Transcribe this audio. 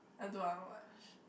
I don't want watch